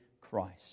Christ